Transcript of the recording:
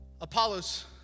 Apollos